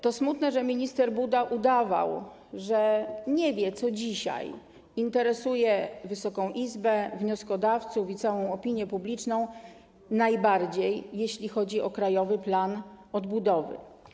To smutne, że minister Buda udawał, że nie wie, co dzisiaj interesuje Wysoką Izbę, wnioskodawców i całą opinię publiczną najbardziej, jeśli chodzi o Krajowy Plan Odbudowy.